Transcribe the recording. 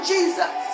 Jesus